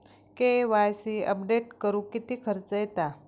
KYC update करुक किती खर्च येता?